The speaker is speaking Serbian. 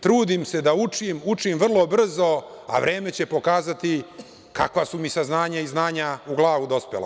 Trudim se da učim, učim vrlo brzo, a vreme će pokazati kakva su mi saznanja i znanja u glavu dospela.